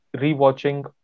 re-watching